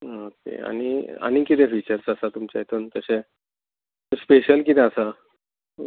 आं ओके आनी आनी कितें फिचर्स आसा तुमच्या हातून तशे स्पेश्यल कितें आसा